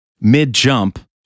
Mid-jump